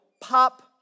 pop